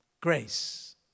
Grace